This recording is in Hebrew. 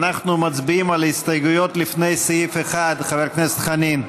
אנחנו מצביעים על הסתייגויות לפני סעיף 1. חבר הכנסת חנין,